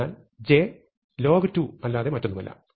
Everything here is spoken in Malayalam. അതിനാൽ j log2 അല്ലാതെ മറ്റൊന്നുമല്ല